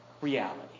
reality